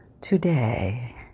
today